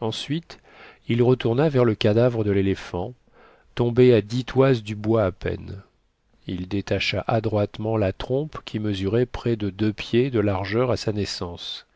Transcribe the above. ensuite il retourna vers le cadavre de l'éléphant tombé à dix toises du bois à peine il détacha adroitement la trompe qui mesurait près de deux pieds de largeur à sa naissance